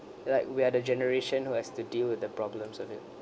like we are the generation who has to deal with the problems of it